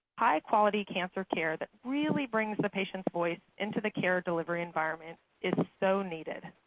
high-quality cancer care that really brings the patient's voice into the care delivery environment is so needed.